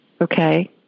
Okay